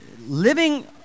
living